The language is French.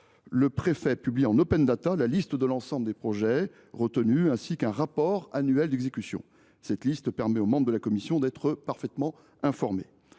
Le préfet publie ensuite en la liste des projets retenus, ainsi qu’un rapport annuel d’exécution. Cette liste permet aux membres de la commission d’être parfaitement informés.